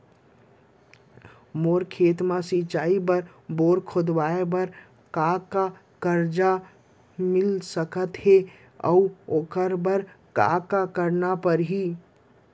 मोर खेत म सिंचाई बर बोर खोदवाये बर का का करजा मिलिस सकत हे अऊ ओखर बर का का करना परही?